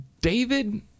David